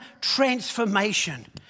transformation